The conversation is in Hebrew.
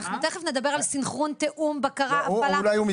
אנחנו תכף נדבר על סנכרון, תיאום, בקרה, הפעלה.